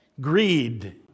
Greed